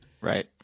Right